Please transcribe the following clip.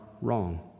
wrong